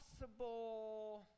possible